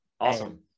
awesome